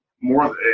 more –